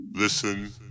listen